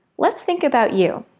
let's think about you.